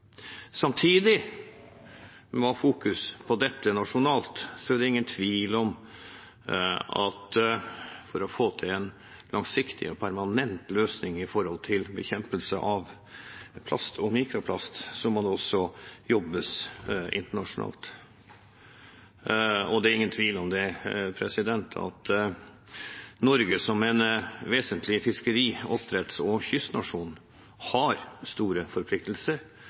Samtidig – når man fokuserer på dette nasjonalt – er det ingen tvil om at for å få til en langsiktig og permanent løsning når det gjelder bekjempelse av plast og mikroplast, må det også jobbes internasjonalt. Det er ingen tvil om at Norge som en vesentlig fiskeri-, oppdretts- og kystnasjon har store forpliktelser